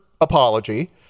apology